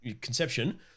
conception